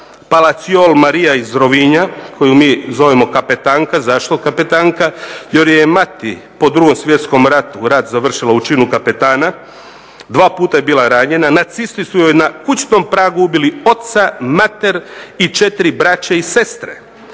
Palaciol Maria iz Rovinja koju mi zovemo kapetanka. Zašto kapetanka? Jer joj je mati po Drugom svjetskom ratu rat završila u činu kapetana, dva puta je bila ranjena, nacisti su joj na kućnom pragu ubili oca, mater i 4 braće i sestre.